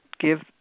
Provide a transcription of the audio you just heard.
Give